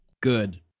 Good